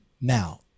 Now